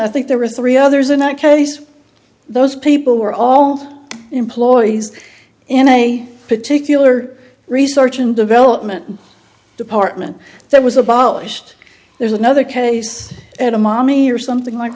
i think there were three others and i case those people were all employees in a particular research and development department that was abolished there's another case and a mommy or something like